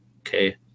Okay